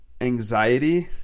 anxiety